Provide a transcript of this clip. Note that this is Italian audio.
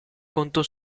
conto